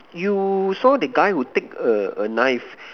you saw the guy who take a a knife